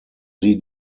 sie